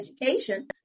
education